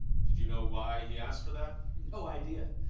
do do you know why he asked for that? no idea.